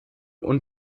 und